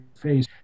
face